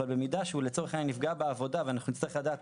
במידה שהוא נפגע בעבודה ואנחנו נצטרך לדעת